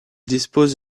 dispose